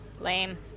Lame